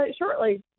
shortly